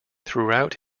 throughout